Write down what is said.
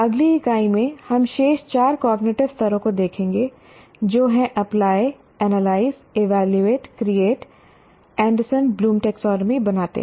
अगली इकाई में हम शेष चार कॉग्निटिव स्तरों को देखेंगे जो हैं apply analyse evaluate create Anderson Bloom taxonomy बनाते हैं